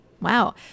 Wow